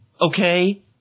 Okay